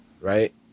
right